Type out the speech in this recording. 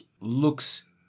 looks